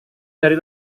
dari